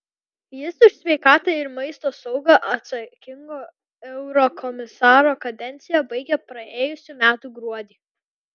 jis už sveikatą ir maisto saugą atsakingo eurokomisaro kadenciją baigė praėjusių metų gruodį